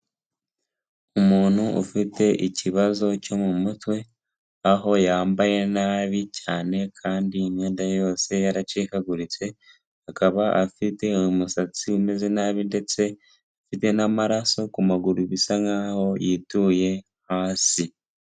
Umuntu ufite ikibazo cyo mu mutwe aho yambaye nabi cyane kandi imyenda yose yaracikaguritse, akaba afite umusatsi umeze nabi ndetse afite n'amaraso ku maguru bisa nkaho yituye hasi.